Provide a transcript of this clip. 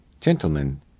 Gentlemen